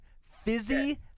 Fizzy